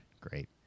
Great